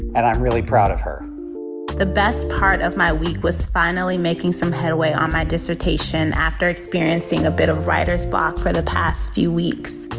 and i'm really proud of her the best part of my week was finally making some headway on my dissertation after experiencing a bit of writer's block for the past few weeks.